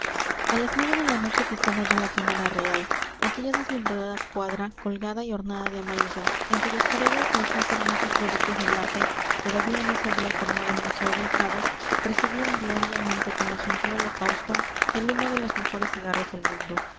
a las nueve de la noche pisaba yo la cámara real aquella deslumbradora cuadra colgada y ornada de amarillo en cuyas paredes los más hermosos productos del arte todavía no se había formado el museo del prado recibían diariamente como gentil holocausto el humo de los mejores cigarros del mundo